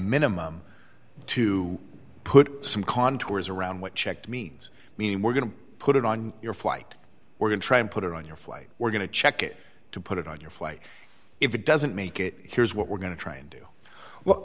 minimum to put some contours around what checked means mean we're going to put it on your flight we're going to try and put it on your flight we're going to check it to put it on your flight if it doesn't make it here's what we're going to try and do well